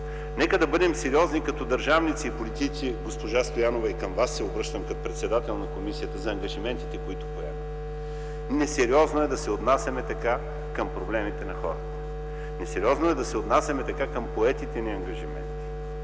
Нека да бъдем сериозни като държавници и политици. Госпожо Стоянова, към Вас се обръщам като председател на комисията за ангажиментите, които поемаме. Несериозно е да се отнасяме така към проблемите на хората. Несериозно е да се отнасяме така към поетите ангажименти.